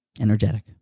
energetic